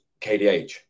KDH